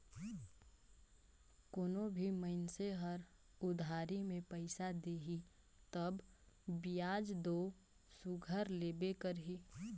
कोनो भी मइनसे हर उधारी में पइसा देही तब बियाज दो सुग्घर लेबे करही